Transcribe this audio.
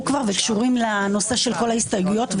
כבר וקשורים לנושא של כל ההסתייגויות,